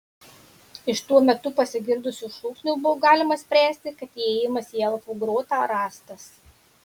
iš tuo metu pasigirdusių šūksnių buvo galima spręsti kad įėjimas į elfų grotą rastas